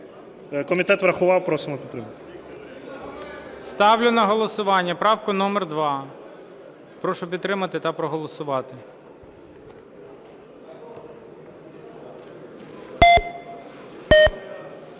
Ставлю на голосування правку номер 2. Прошу підтримати та проголосувати.